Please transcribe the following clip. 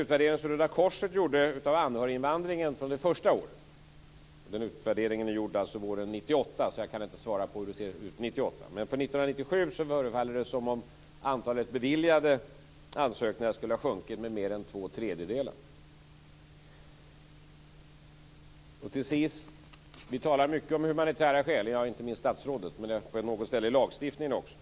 utredningen är alltså gjord våren 1998, så jag kan inte svara för hur det ser ut 1998 - förefaller det som om antalet beviljade ansökningar skulle ha sjunkit med mer än två tredjedelar. Vi talar mycket om humanitära skäl. Det gör inte minst statsrådet, och det står på något ställe i lagstiftningen.